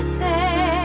say